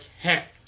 heck